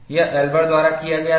यह एल्बर द्वारा किया गया था